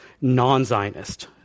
non-Zionist